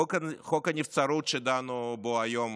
חוק הנבצרות, שדנו בו היום